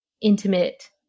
intimate